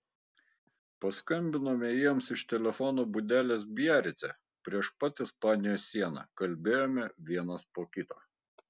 paskambinome jiems iš telefono būdelės biarice prieš pat ispanijos sieną kalbėjome vienas po kito